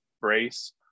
brace